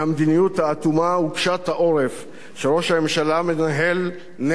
האטומה וקשת העורף שראש הממשלה מנהל נגד